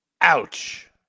ouch